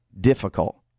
difficult